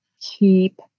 Keep